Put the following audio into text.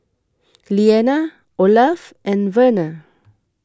Leana Olaf and Verner